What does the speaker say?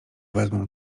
wezmą